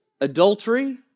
adultery